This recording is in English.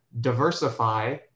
diversify